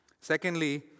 Secondly